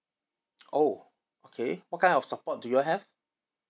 oh okay what kind of support do you have